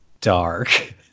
dark